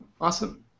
Awesome